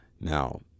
Now